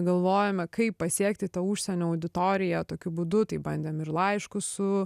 galvojome kaip pasiekti tą užsienio auditoriją tokiu būdu tai bandėm ir laiškus su